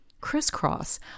Crisscross